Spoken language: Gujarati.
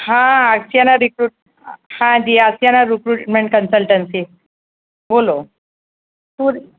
હા આશ્યાના રિક્રૂટ હાં જી આશ્યાના રિક્રૂટમેન્ટ કન્સલ્ટન્સી બોલો પૂર